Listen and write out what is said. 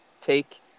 take